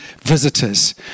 visitors